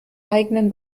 eigenen